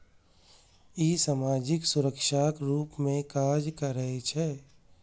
ई सामाजिक सुरक्षाक रूप मे काज करै छै